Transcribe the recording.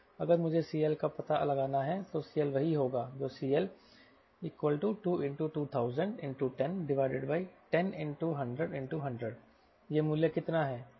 अगर मुझे CL का पता लगाना है तो CL वही होगा जो होगा CL220001010100100 यह मूल्य कितना है